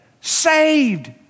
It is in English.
saved